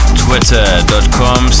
twitter.com